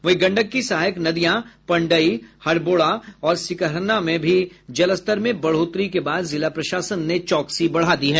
वहीं गंडक के सहायक नदियां पंडई हड़बोड़ा और सिकरहना में भी जलस्तर में बढ़ोतरी के बाद जिला प्रशासन ने चौकसी बढ़ा दी है